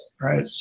Right